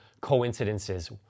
coincidences